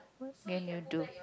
what can you do